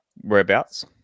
Whereabouts